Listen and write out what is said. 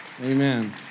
amen